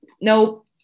Nope